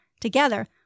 Together